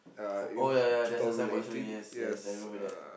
for oh ya ya there's a signboard showing yes yes I remembered that